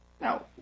Now